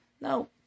No